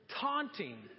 taunting